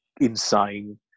insane